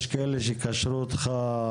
יש כאלה שקשרו אותך